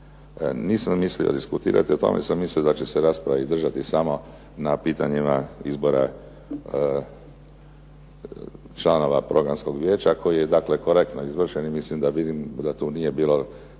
Nisam mislio diskutirati o tome, jer sam mislio da će se rasprave držati samo na pitanjima izbora članova Programskog vijeća koji je korektno izvršen i mislim da vidim da tu nije bilo